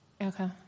Okay